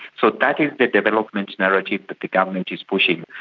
so that is the development narrative that the government is pushing.